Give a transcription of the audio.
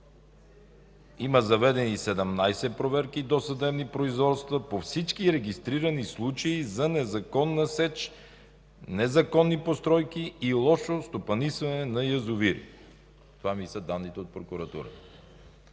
Има заведени 17 проверки и досъдебни производства по всички регистрирани случаи за незаконна сеч, незаконни постройки и лошо стопанисване на язовири. Това ми са данните от прокуратурата.